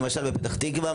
נניח בפתח תקווה,